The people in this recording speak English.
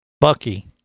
Bucky